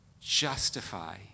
justify